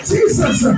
Jesus